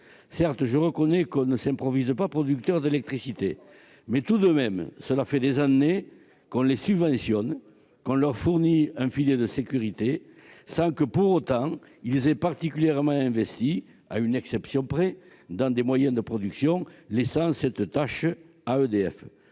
Certes, je reconnais que l'on ne s'improvise pas producteur d'électricité, mais, tout de même, cela fait des années qu'on les subventionne, qu'on leur fournit un filet de sécurité, sans que, pour autant, ils aient particulièrement investi- à une exception près -dans des moyens de production, laissant ce soin à EDF